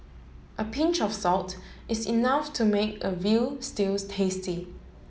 a pinch of salt is enough to make a veal stew tasty